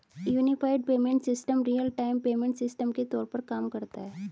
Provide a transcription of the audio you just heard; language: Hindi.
unified payment system real time payment system के तौर पर काम करता है